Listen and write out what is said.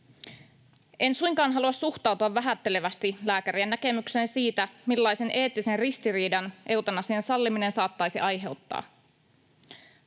En suinkaan halua suhtautua vähättelevästi lääkärien näkemykseen siitä, millaisen eettisen ristiriidan eutanasian salliminen saattaisi aiheuttaa.